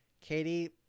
Katie